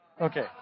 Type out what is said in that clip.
Okay